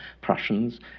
Prussians